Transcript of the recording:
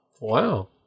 Wow